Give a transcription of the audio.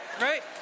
Right